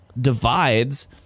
divides